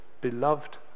Beloved